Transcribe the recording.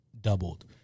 doubled